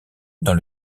dans